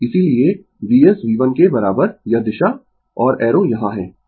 इसीलिये Vs V1 के बराबर यह दिशा और एरो यहां है